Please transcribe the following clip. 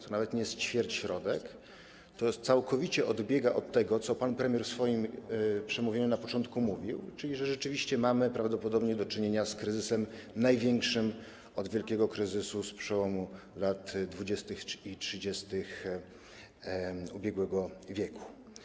To nawet nie jest ćwierćśrodek, to całkowicie odbiega od tego, co pan premier w swoim wystąpieniu na początku mówił, czyli że rzeczywiście mamy prawdopodobnie do czynienia z kryzysem największym od wielkiego kryzysu z przełomu lat 20. i 30. ubiegłego wieku.